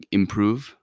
improve